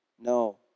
no